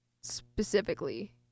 specifically